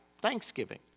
Thanksgiving